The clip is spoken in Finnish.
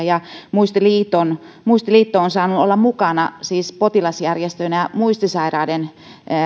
ja muistiliitto on saanut olla mukana potilasjärjestönä muistisairaiden